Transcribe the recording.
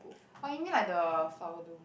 oh you mean like the file though